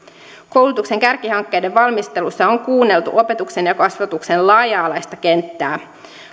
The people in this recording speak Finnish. koulutuksen kärkihankkeiden valmistelussa on kuunneltu opetuksen ja kasvatuksen laaja alaista kenttää